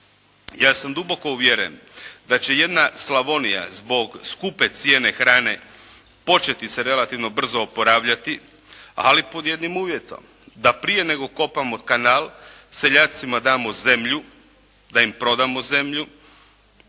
Ja sam duboko uvjeren da će jedna Slavonija zbog skupe cijene hrane početi se relativno brzo oporavljati, ali pod jednim uvjetom: da prije nego kopamo kanal seljacima damo zemlju, da im prodamo zemlju,